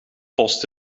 post